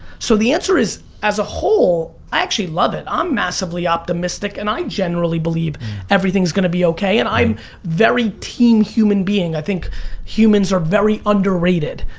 so the answer is as a whole, i actually love it. i'm massively optimistic and i generally believe everything's going to be okay. and i'm very team human being, i think humans are very underrated.